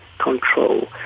control